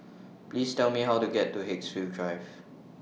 Please Tell Me How to get to Haigsville Drive